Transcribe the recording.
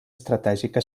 estratègica